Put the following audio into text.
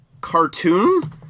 cartoon